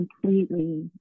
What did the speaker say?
completely